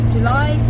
July